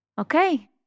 Okay